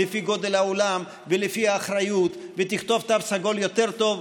לפי גודל האולם ולפי האחריות ותכתוב תו סגול יותר טוב,